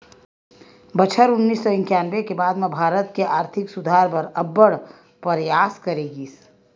बछर उन्नीस सौ इंकानबे के बाद म भारत के आरथिक सुधार बर अब्बड़ परयास करे गिस